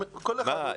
מה?